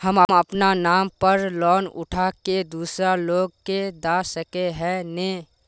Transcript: हम अपना नाम पर लोन उठा के दूसरा लोग के दा सके है ने